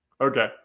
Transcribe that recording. Okay